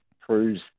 proves